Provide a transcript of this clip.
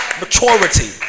Maturity